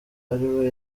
ariwe